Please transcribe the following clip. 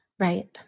Right